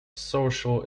social